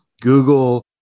Google